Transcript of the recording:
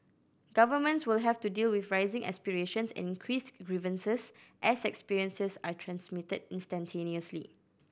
governments will have to deal with rising aspirations and increased grievances as experiences are transmitted instantaneously